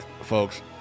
folks